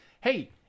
Hey